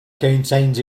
contains